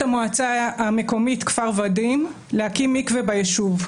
המועצה המקומית כפר ורדים להקים מקווה ביישוב.